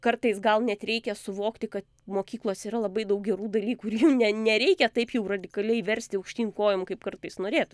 kartais gal net reikia suvokti kad mokyklose yra labai daug gerų dalykų ir jų ne nereikia taip jau radikaliai versti aukštyn kojom kaip kartais norėtų